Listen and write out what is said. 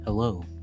Hello